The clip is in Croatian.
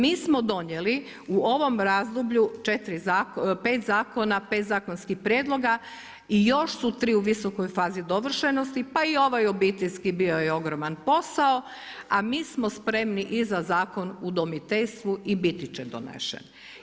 Mi smo donijeli u ovom razdoblju 5 zakona, 5 zakonskih prijedloga i još su tri u visokoj fazi dovršenosti, pa i ovaj Obiteljski bio je ogroman posao a mi smo spremni i za Zakon o udomiteljstvu i biti će donesen.